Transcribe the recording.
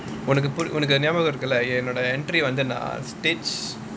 உனக்கு ஞாபகம் இருக்குள்ள என்னோட:unakku nyabagam irukulla ennoda entry வந்து நான்:vanthu naan stage